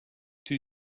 too